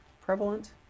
prevalent